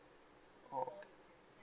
oh okay